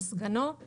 או סגנו;";